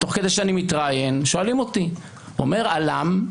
תוך כדי שאני מתראיין, שואלים אותי: אומר אל"מ,